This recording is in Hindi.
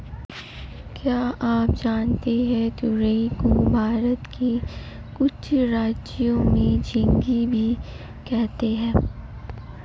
क्या आप जानते है तुरई को भारत के कुछ राज्यों में झिंग्गी भी कहते है?